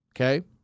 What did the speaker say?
okay